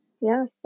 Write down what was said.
Yes